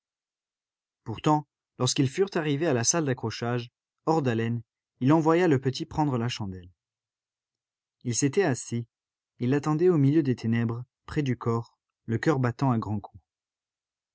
pourtant lorsqu'ils furent arrivés à la salle d'accrochage hors d'haleine il envoya le petit prendre la chandelle il s'était assis il l'attendait au milieu des ténèbres près du corps le coeur battant à grands coups